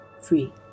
free